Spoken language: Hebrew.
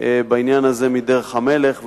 בעניין הזה מדרך המלך,